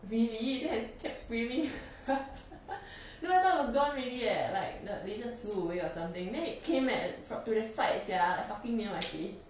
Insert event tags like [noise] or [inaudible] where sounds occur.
really then I kept screaming [laughs] no then I thought it was gone already leh like the lizard flew away or something then it came at from to the side sia fucking near my face